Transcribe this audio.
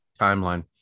timeline